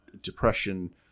depression